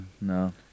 No